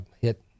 hit